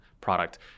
product